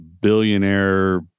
billionaire